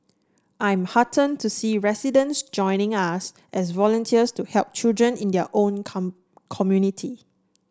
I am heartened to see residents joining us as volunteers to help children in their own come community